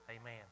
Amen